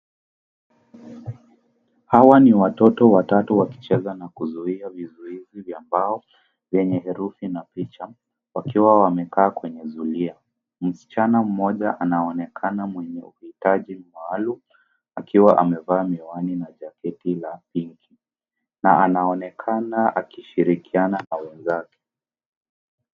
Hawa ni watoto watatu wakicheza na kuzuia vizuizi vya mbao yenye herufi na picha wakiwa wamekaa kwenye zulia. Msichana mmoja anaonekana mwenye uhitaji maalum akiwa amevaa miwani na jaketi la pinki na anaonekana akishirikiana na wenzake.